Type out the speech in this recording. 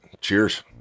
Cheers